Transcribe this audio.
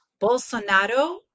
Bolsonaro